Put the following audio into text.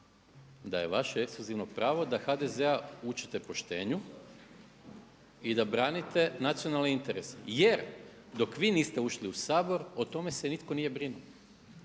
da je vaše ekskluzivno pravo da HDZ učite poštenju i da branite nacionalne interese jer dok vi niste ušli u Sabor o tome se nitko nije brinuo.